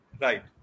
Right